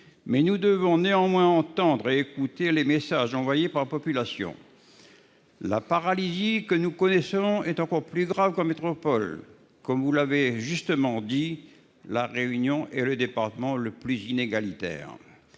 nous devons néanmoins entendre et écouter les messages envoyés par la population. La paralysie que nous connaissons est encore plus grave qu'en métropole. Comme vous l'avez justement dit, madame la ministre, La Réunion est le département le plus inégalitaire.